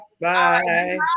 Bye